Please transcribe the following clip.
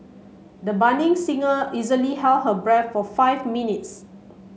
the budding singer easily held her breath for five minutes